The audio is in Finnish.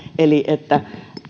että